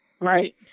Right